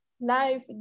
life